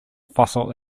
fossil